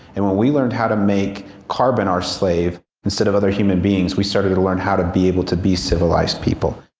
and when we learned how to make carbon our slave instead of other human beings we started to learn how to be able to be civilized people.